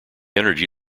energy